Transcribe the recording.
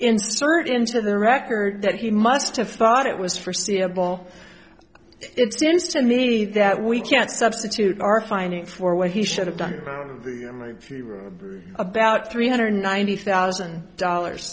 insert into the record that he must have thought it was forseeable it seems to me that we can't substitute our findings for what he should have done about three hundred ninety thousand dollars